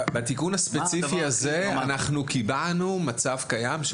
בתיקון הספציפי הזה אנחנו קיבענו מצב קיים,